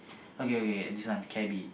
okay okay this one cabby